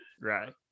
Right